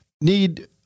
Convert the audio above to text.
need